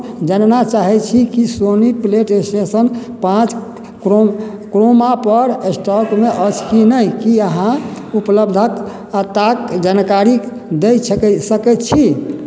जनना चाहय छी कि सोनी प्ले स्टेशन पाँच क्रोम क्रोमापर स्टॉकमे अछि कि नहि की अहाँ उपलब्धताक जानकारी दय सकय छी